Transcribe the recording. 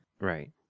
right